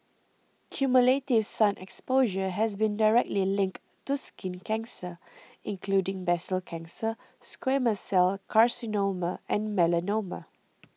cumulative sun exposure has been directly linked to skin cancer including basal cell cancer squamous cell carcinoma and melanoma